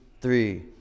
three